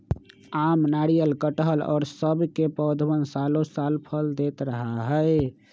आम, नारियल, कटहल और सब के पौधवन सालो साल फल देते रहा हई